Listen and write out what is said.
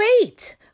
wait